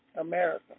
America